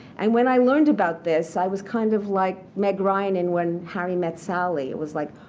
and when i learned about this, i was kind of like meg ryan in when harry met sally. it was like,